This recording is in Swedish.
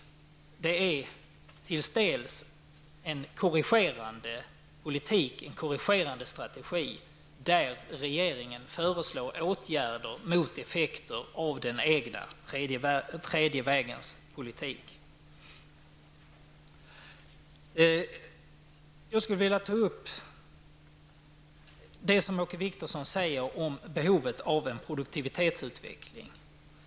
Det är delvis en korrigerande politik, en korrigerande strategi, på så sätt att regeringen föreslår åtgärder mot effekter av den egna tredje vägens politik. Jag skulle vilja ta upp vad Åke Wictorsson sade om behovet av en produktivitetsutveckling.